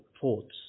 thoughts